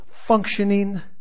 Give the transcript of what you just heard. functioning